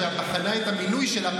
שבחנה את המינוי שלה,